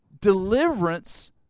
deliverance